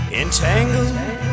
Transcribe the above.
entangled